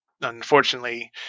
unfortunately